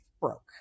broke